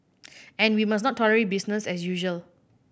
and we must not tolerate business as usual